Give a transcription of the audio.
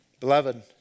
Beloved